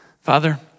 Father